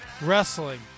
Wrestling